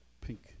Pink